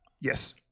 Yes